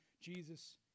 Jesus